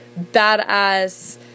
badass